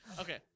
Okay